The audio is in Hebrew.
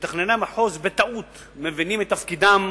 שמתכנני המחוז, בטעות, מבינים את תפקידם